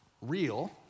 real